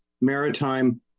Maritime